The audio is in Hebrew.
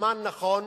הזמן נכון,